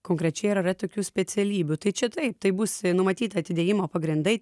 konkrečiai ar yra tokių specialybių tai čia taip tai bus numatyta atidėjimo pagrindai